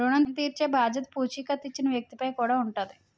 ఋణం తీర్చేబాధ్యత పూచీకత్తు ఇచ్చిన వ్యక్తి పై కూడా ఉంటాది